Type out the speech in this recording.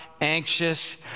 anxious